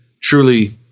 truly